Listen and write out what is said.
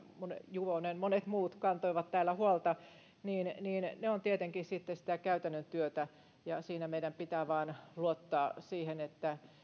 juvonen monet muut kantoivat täällä huolta ovat tietenkin sitten sitä käytännön työtä ja siinä meidän pitää vain luottaa siihen että